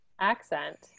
accent